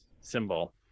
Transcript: symbol